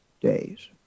days